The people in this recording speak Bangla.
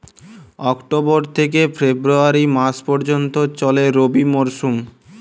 অক্টোবর থেকে ফেব্রুয়ারি মাস পর্যন্ত চলে রবি মরসুম